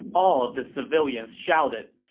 all of the civilians shouted,